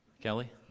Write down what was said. Kelly